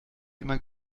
immer